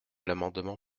l’amendement